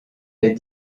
des